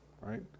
right